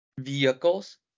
vehicles